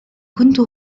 كنت